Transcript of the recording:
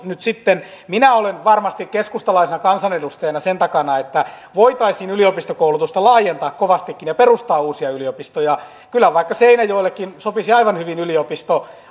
minä olen varmasti keskustalaisena kansanedustajana sen takana että voitaisiin yliopistokoulutusta laajentaa kovastikin ja perustaa uusia yliopistoja kyllä vaikka seinäjoellekin sopisi aivan hyvin yliopisto